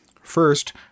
First